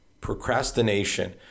Procrastination